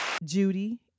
judy